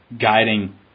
guiding